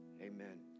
amen